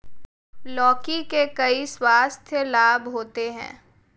लौकी के कई स्वास्थ्य लाभ होते हैं